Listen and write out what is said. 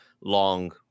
long